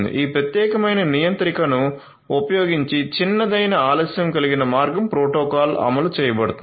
ఈ ప్రత్యేకమైన నియంత్రికను ఉపయోగించి చిన్నదైన ఆలస్యం కలిగిన మార్గం ప్రోటోకాల్ అమలు చేయబడుతుంది